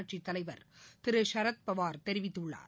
கட்சி தலைவர் திரு சரத்பவார் தெரிவித்துள்ளார்